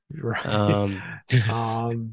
Right